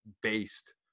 based